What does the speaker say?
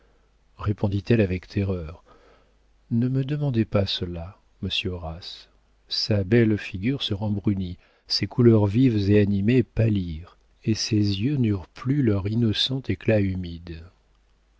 répondit-elle avec terreur ne me demandez pas cela monsieur horace sa belle figure se rembrunit ses couleurs vives et animées pâlirent et ses yeux n'eurent plus leur innocent éclat humide